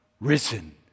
risen